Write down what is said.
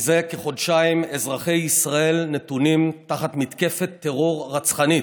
זה כחודשיים אזרחי ישראל נתונים תחת מתקפת טרור רצחנית,